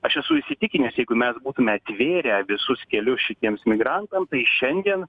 aš esu įsitikinęs jeigu mes būtume atvėrę visus kelius šitiems migrantam tai šiandien